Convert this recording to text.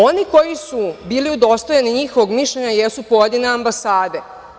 Oni koji su bili udostojeni njihovog mišljenja jesu pojedine ambasade.